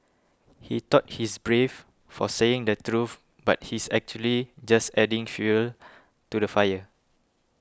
he thought he's brave for saying the truth but he's actually just adding fuel to the fire